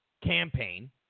campaign